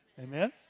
Amen